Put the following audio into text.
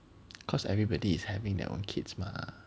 cause everybody is having their own kids mah